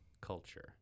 culture